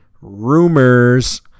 rumors